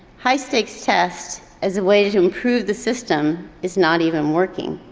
high-stakes tests as a way to improve the system is not even working.